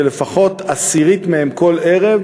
לפחות עשירית מהם כל ערב